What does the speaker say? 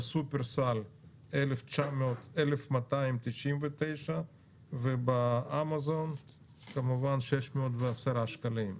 בשופרסל זה 1,299 ובאמזון 610 שקלים.